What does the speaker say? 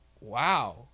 wow